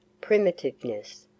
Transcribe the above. primitiveness